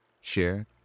share